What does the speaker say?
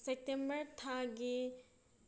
September ꯊꯥꯒꯤ